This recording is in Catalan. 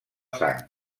sang